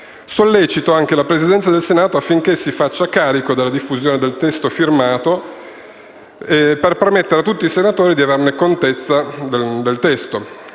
Sollecito anche la Presidenza del Senato affinché si faccia carico della diffusione del testo firmato per permettere a tutti i senatori di averne contezza. Fino